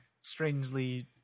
strangely